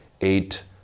eight